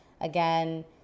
again